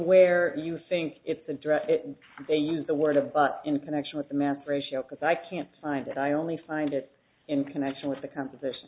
where you think it's address they use the word a but in connection with the mass ratio because i can't find it i only find it in connection with the competition